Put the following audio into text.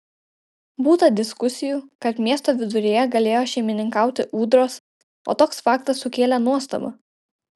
būta diskusijų kad miesto viduryje galėjo šeimininkauti ūdros o toks faktas sukėlė nuostabą